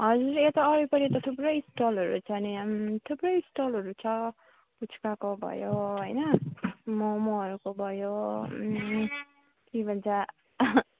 हजुर यता वरिपरि त थुप्रै स्टलहरू छ नि थुप्रै स्टलहरू छ पुच्काको भयो होइन मोमोहरूको भयो के भन्छ